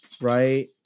right